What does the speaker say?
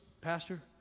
pastor